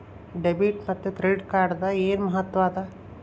Debit ಮತ್ತ credit ಕಾರ್ಡದ್ ಏನ್ ಮಹತ್ವ ಅದ?